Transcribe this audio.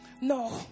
no